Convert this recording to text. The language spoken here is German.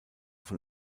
von